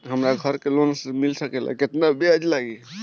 हमरा घर के लोन मिल सकेला केतना ब्याज लागेला?